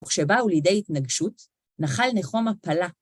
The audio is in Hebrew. וכשבאו לידי התנגשות, נחל נחום מפלה.